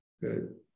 Good